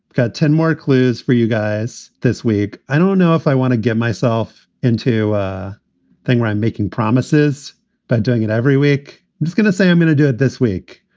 got ten more clues for you guys this week. i don't know if i want to get myself into a thing where i'm making promises by doing it every week. i was going to say i'm going to do it this week.